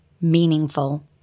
meaningful